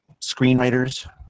screenwriters